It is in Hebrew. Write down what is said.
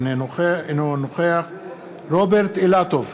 אינו נוכח רוברט אילטוב,